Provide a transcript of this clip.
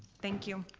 thank you.